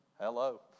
hello